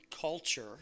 culture